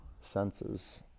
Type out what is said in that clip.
senses